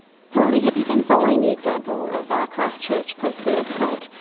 palani, have you been following the example of christchurch post the earthquake?